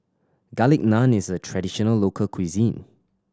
Garlic Naan is a traditional local cuisine